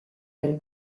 del